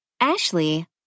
Ashley